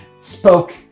spoke